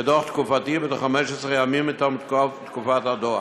כדוח תקופתי, בתוך 15 ימים מתום תקופת הדוח.